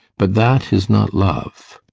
but that is not love,